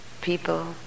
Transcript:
people